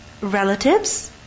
relatives